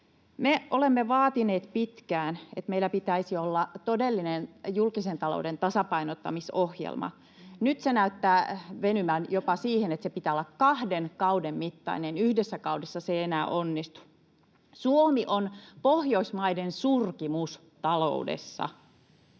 Me olemme vaatineet pitkään, että meillä pitäisi olla todellinen julkisen talouden tasapainottamisohjelma. Nyt se näyttää venyvän jopa siihen, että sen pitää olla kahden kauden mittainen, yhdessä kaudessa se ei enää onnistu. Suomi on Pohjoismaiden surkimus taloudessa.